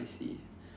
I see